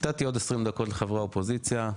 נתתי עוד 20 דקות לחברי האופוזיציה,